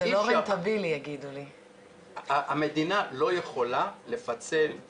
אני מייצגת פה